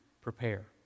prepare